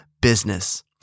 business